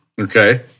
Okay